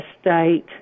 state